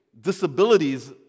disabilities